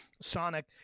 Sonic